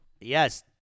Yes